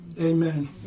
Amen